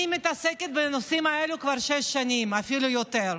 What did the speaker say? אני מתעסקת בנושאים האלה כבר שש שנים, אפילו יותר,